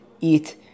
eat